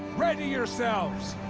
ready yourselves!